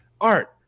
Art